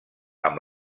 amb